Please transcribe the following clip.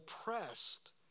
oppressed